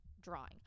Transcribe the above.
drawing